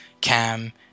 Cam